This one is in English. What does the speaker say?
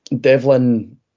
Devlin